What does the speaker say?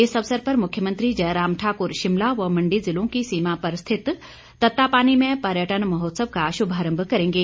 इस अवसर पर मुख्यमंत्री जयराम ठाकुर शिमला व मंडी ज़िलों की सीमा पर स्थित ततापानी में पर्यटन महोत्सव का शुभारम्भ करेंगे